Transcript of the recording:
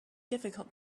difficult